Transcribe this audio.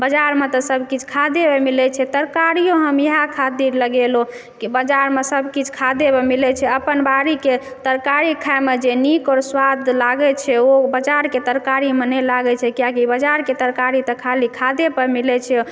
बजारमे तऽ सब किछु खादेके मिलय छै तरकारियो हम इएह खातिर लगेलहुँ कि बजारमे सब किछु खादेमे मिलय छै अपन बाड़ीके तरकारी खायमे जे नीक आओर सुआद लागय छै ओ बजारके तरकारीमे नहि लागय छै किएक कि बजारके तरकारी तऽ खाली खादेपर मिलय छै